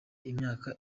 imyaka